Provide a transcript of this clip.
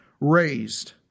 raised